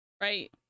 right